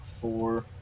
Four